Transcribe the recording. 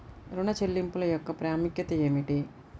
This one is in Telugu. ఋణ చెల్లింపుల యొక్క ప్రాముఖ్యత ఏమిటీ?